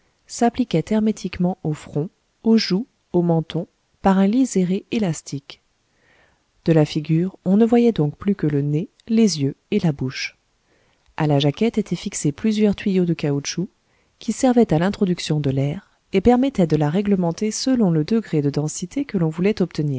s'appliquait hermétiquement au front aux joues au menton par un liséré élastique de la figure on ne voyait donc plus que le nez les yeux et la bouche a la jaquette étaient fixés plusieurs tuyaux de caoutchouc qui servaient à l'introduction de l'air et permettaient de la réglementer selon le degré de densité que l'on voulait obtenir